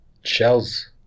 shells